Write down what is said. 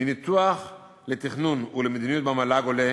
מניתוח האגף לתכנון ולמדיניות במל"ג עולה